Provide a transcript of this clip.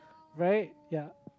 right ya